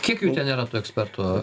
kiek jų ten yra tų ekspertų